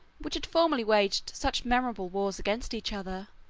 which had formerly waged such memorable wars against each other,